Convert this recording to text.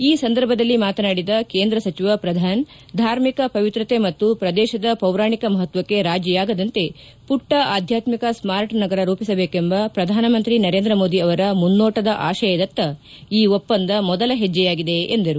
ಈ ಸಂದರ್ಭದಲ್ಲಿ ಮಾತನಾಡಿದ ಕೇಂದ್ರ ಸಚಿವ ಪ್ರಧಾನ್ ಧಾರ್ಮಿಕ ಪವಿತ್ರತೆ ಮತ್ತು ಪ್ರದೇಶದ ಪೌರಾಣಿಕ ಮಹತ್ತಕ್ಷೆ ರಾಜಿಯಾಗದಂತೆ ಪುಟ್ಟ ಆಧ್ವಾತ್ಸಿಕ ಸ್ನಾರ್ಟ್ ನಗರ ರೂಪಿಸಬೇಕೆಂಬ ಪ್ರಧಾನಮಂತ್ರಿ ನರೇಂದ್ರ ಮೋದಿ ಅವರ ಮುನ್ನೋಟದ ಆಶಯದತ್ತ ಈ ಒಪ್ಪಂದ ಮೊದಲ ಹೆಜ್ಜೆಯಾಗಿದೆ ಎಂದರು